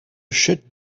sit